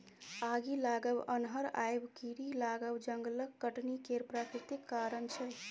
आगि लागब, अन्हर आएब, कीरी लागब जंगलक कटनी केर प्राकृतिक कारण छै